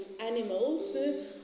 animals